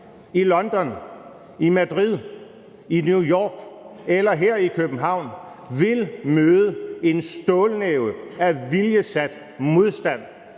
i London, i Madrid, i New York eller her i København, vil møde en stålnæve af viljesat modstand,